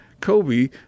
kobe